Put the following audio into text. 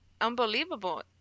unbelievable